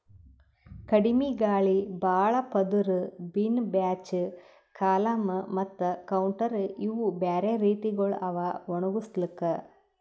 ಕಡಿಮಿ ಗಾಳಿ, ಭಾಳ ಪದುರ್, ಬಿನ್ ಬ್ಯಾಚ್, ಕಾಲಮ್ ಮತ್ತ ಕೌಂಟರ್ ಇವು ಬ್ಯಾರೆ ರೀತಿಗೊಳ್ ಅವಾ ಒಣುಗುಸ್ಲುಕ್